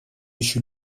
еще